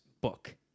book